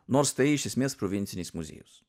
nors tai iš esmės provincinis muziejus